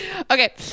Okay